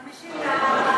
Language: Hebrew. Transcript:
(חיזוק בתים משותפים מפני רעידות אדמה)